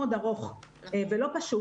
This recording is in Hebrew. זה היה מאבק ארוך מאוד ולא פשוט.